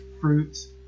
fruits